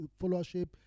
followership